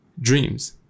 dreams